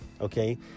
Okay